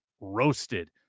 roasted